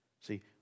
See